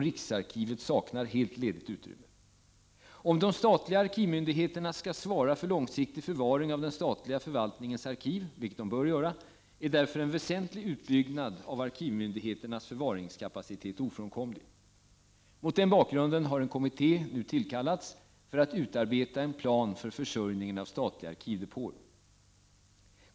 Riksarkivet saknar helt ledigt utrymme. Om de statliga arkivmyndigheterna skall svara för långsiktig förvaring av den statliga förvaltningens arkiv, vilket de bör göra, är därför en väsentlig utbyggnad av arkivmyndigheternas förvaringskapaci Prot. 1989/90:4 tet ofrånkomlig. 5 oktober 1989 Mot den bakgrunden har en kommitté nu tillkallats för att utarbeta en plan för försörjningen av statliga arkivdepåer.